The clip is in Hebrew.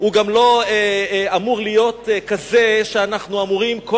וגם לא אמור להיות כזה שאנחנו אמורים כל